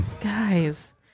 guys